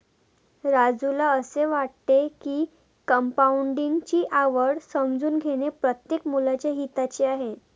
राजूला असे वाटते की कंपाऊंडिंग ची आवड समजून घेणे प्रत्येक मुलाच्या हिताचे आहे